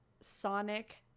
sonic